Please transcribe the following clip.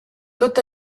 tot